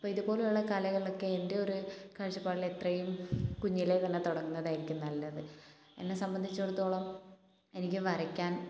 അപ്പോൾ ഇതുപോലെയുള്ള കലകളൊക്കെ എൻ്റെ ഒരു കാഴ്ചപ്പാടിൽ എത്രയും കുഞ്ഞിലെ തന്നെ തുടങ്ങുന്നതായിരിക്കും നല്ലത് എന്നെ സംബന്ധിച്ചെടുത്തോളം എനിക്ക് വരയ്ക്കാൻ